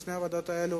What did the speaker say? בשתי הוועדות האלו